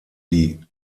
die